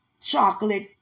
chocolate